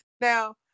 now